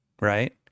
right